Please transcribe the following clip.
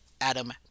Adam